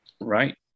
Right